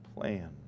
plan